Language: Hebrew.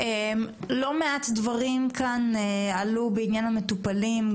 לא מעט דברים עלו בעניין המטופלים,